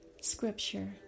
Scripture